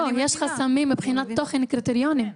אם יש חסמים מבחינת תוכן וקריטריונים,